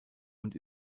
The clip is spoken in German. und